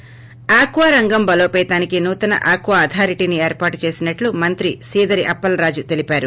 ి ఆక్వారంగం బలోపతానికి నూతన అక్వా అథారిటీని ఏర్పాటు చేసినట్లు మంత్రి సీదరి అప్పలరాజు తెలిపారు